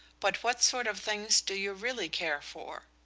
but what sort of things do you really care for?